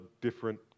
different